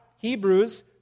Hebrews